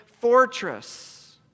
fortress